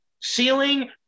ceiling